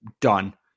Done